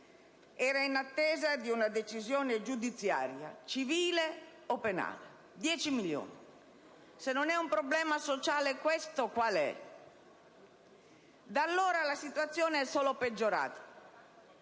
era in attesa di una decisione giudiziaria, civile o penale. Se non è un problema sociale questo, allora quale lo è? Da allora la situazione è solo peggiorata.